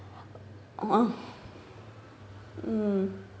!huh!(mm)